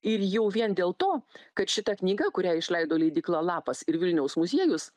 ir jau vien dėl to kad šita knyga kurią išleido leidykla lapas ir vilniaus muziejus